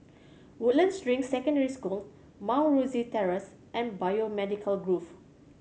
Woodlands Ring Secondary School Mount Rosie Terrace and Biomedical Grove